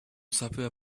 sapeva